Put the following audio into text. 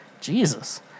Jesus